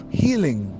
healing